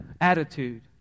attitude